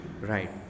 right